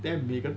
then megan